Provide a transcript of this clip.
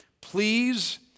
Please